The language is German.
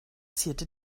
zierte